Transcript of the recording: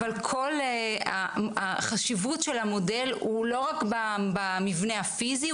אבל כל החשיבות של המודל הוא לא רק במבנה הפיזי,